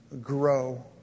Grow